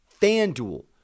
FanDuel